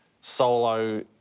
solo